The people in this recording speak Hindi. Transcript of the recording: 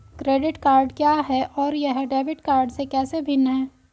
क्रेडिट कार्ड क्या है और यह डेबिट कार्ड से कैसे भिन्न है?